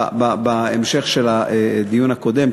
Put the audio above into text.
בדיון הקודם.